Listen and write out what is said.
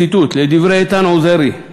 ציטוט מדברי איתן עוזרי,